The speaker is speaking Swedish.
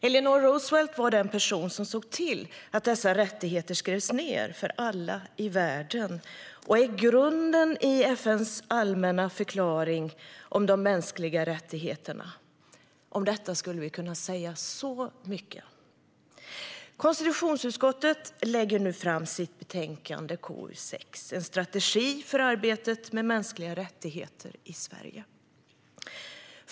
Eleanor Roosevelt var den person som såg till att dessa rättigheter skrevs ned för alla i världen och är grunden i FN:s allmänna förklaring om de mänskliga rättigheterna. Om detta skulle vi kunna säga så mycket. Vi behandlar nu konstitutionsutskottets betänkande En strategi för arbetet med mänskliga rättigheter i Sverige .